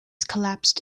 collapsed